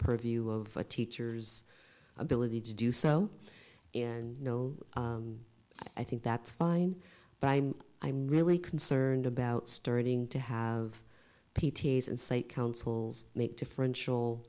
purview of the teachers ability to do so and no i think that's fine but i'm i'm really concerned about starting to have p t s and say councils make differential